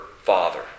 Father